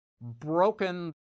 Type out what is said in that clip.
broken